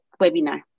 webinar